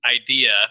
idea